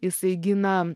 jisai gina